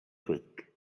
twig